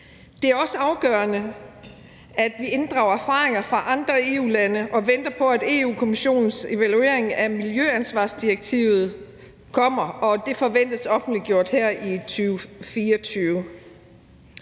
Det er også afgørende, at vi inddrager erfaringer fra andre EU-lande og venter på, at Europa-Kommissionens evaluering af miljøansvarsdirektivet kommer, og den forventes offentliggjort her i 2024.